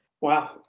Wow